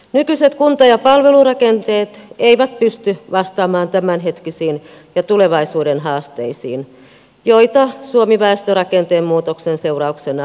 nykyiset kunta ja palvelurakenteet eivät pysty vastaamaan tämänhetkisiin ja tulevaisuuden haasteisiin joita suomi väestörakenteen muutoksen seurauksena lähivuosina kohtaa